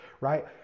right